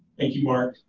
thank you mark.